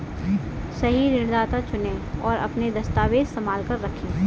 सही ऋणदाता चुनें, और अपने दस्तावेज़ संभाल कर रखें